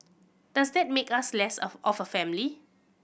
does that make us less of of a family